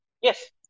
Yes